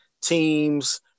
teams